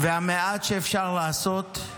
המעט שאפשר לעשות הוא